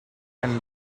and